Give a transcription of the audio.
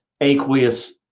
aqueous